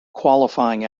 qualifying